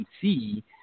see